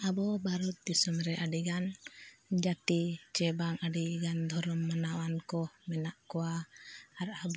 ᱟᱵᱚ ᱵᱷᱟᱨᱚᱛ ᱫᱤᱥᱚᱢ ᱨᱮ ᱟᱹᱰᱤᱜᱟᱱ ᱡᱟᱛᱤ ᱥᱮ ᱵᱟᱝ ᱟᱹᱰᱤᱜᱟᱱ ᱫᱷᱚᱨᱚᱢ ᱢᱟᱱᱟᱣᱟᱱ ᱠᱚ ᱢᱮᱱᱟᱜ ᱠᱚᱣᱟ ᱟᱨ ᱟᱵᱚ